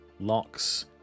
locks